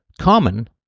common